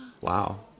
Wow